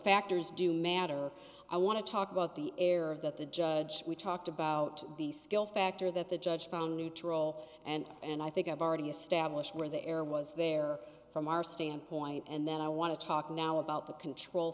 factors do matter i want to talk about the error of that the judge we talked about the skill factor that the judge found neutral and and i think i've already established where the error was there from our standpoint and then i want to talk now about the control